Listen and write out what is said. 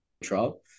trial